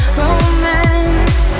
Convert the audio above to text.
romance